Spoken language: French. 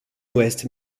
ouest